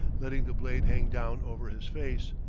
letting the blade hang down over his face,